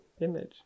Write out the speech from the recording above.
Image